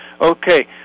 Okay